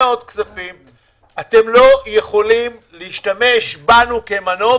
אתם לא יכולים להשתמש בנו במנוף,